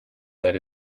that